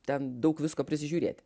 ten daug visko prisižiūrėti